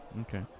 Okay